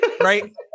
right